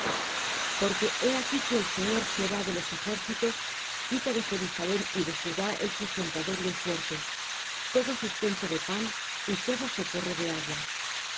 porque he aquí que el señor jehová de los ejércitos quita de jerusalem y de judá el sustentador y el fuerte todo sustento de pan y todo socorro de agua